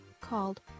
called